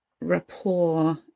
rapport